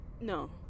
No